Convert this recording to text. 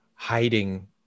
Hiding